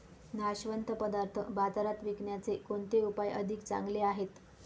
नाशवंत पदार्थ बाजारात विकण्याचे कोणते उपाय अधिक चांगले आहेत?